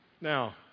Now